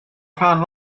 rhan